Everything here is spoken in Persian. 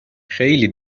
خیلی